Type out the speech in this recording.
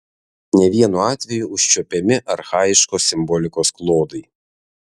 ne vienu atveju užčiuopiami archaiškos simbolikos klodai